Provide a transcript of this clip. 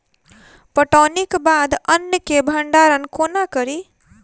कटौनीक बाद अन्न केँ भंडारण कोना करी?